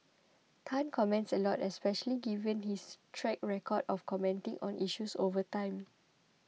Tan comments a lot especially given his track record of commenting on issues over time